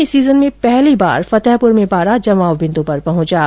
इस सीजन में पहली बार फतेहपुर में पारा जमाव बिन्दु पर पहुंच गया है